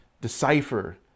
decipher